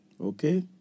Okay